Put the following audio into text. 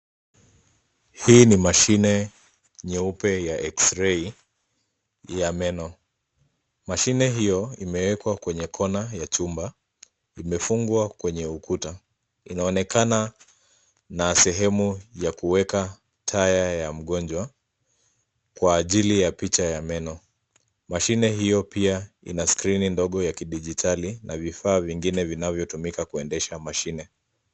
Hii ni mashine nyeupe ya X-ray ya meno. Mashine hio imewekwa kwenye kona ya chumba imefungwa kwenye ukuta. Inaonekana na sehemu ya kuweka taya ya mgonjwa kwa ajili ya picha ya meno. Mashine hio pia ina skrini ndogo ya kidijitali na vifaa vingine vinavyotumika kuendesha mashine.